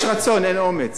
יש רצון, אין אומץ.